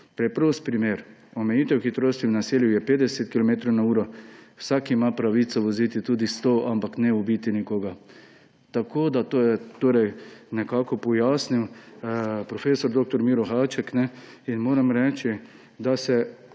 preprost primer: omejitev hitrosti v naselju je 50 kilometrov na uro, vsak ima pravico voziti tudi 100, ampak ne ubiti nekoga.« Tako je torej pojasnil prof. dr. Miro Haček. Moram reči, da se